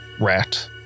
rat